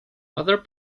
other